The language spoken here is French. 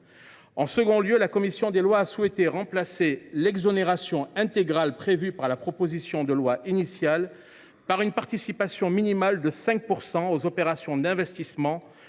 En second lieu, la commission des lois a souhaité remplacer l’exonération intégrale prévue par la proposition de loi initiale par une participation minimale de 5 % aux opérations d’investissement